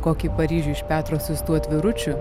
kokį paryžių iš petro siųstų atviručių